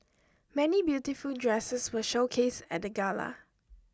many beautiful dresses were showcased at the gala